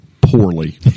poorly